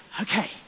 okay